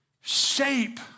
shape